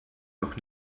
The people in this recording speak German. noch